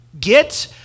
get